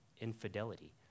infidelity